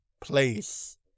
place